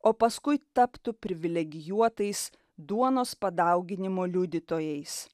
o paskui taptų privilegijuotais duonos padauginimo liudytojais